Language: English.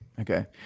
Okay